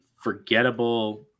forgettable